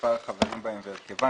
מספר החברים בהן והרכבן.